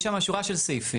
יש שם שורה של סעיפים.